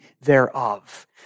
thereof